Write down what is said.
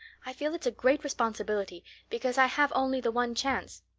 i feel it's a great responsibility because i have only the one chance.